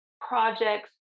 projects